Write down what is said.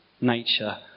nature